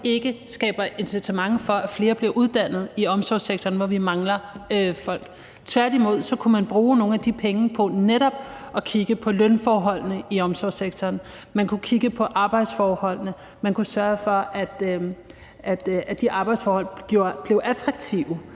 ikke skaber incitament til, at flere bliver uddannet i omsorgssektoren, hvor vi mangler folk. Tværtimod kunne man bruge nogle af de penge på netop at kigge på lønforholdene i omsorgssektoren, man kunne kigge på arbejdsforholdene, og man kunne sørge for, at de arbejdsforhold blev attraktive.